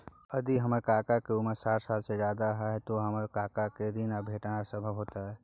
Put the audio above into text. यदि हमर काका के उमर साठ साल से ज्यादा हय त की हमर काका के लेल ऋण भेटनाय संभव होतय?